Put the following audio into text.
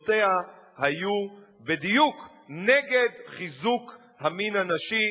עמדותיה היו בדיוק נגד חיזוק המין הנשי,